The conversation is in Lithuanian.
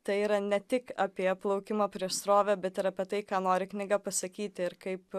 tai yra ne tik apie plaukimą prieš srovę bet ir apie tai ką nori knyga pasakyti ir kaip